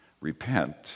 repent